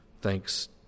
thanks